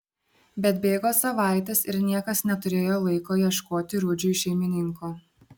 bet bėgo savaitės ir niekas neturėjo laiko ieškoti rudžiui šeimininko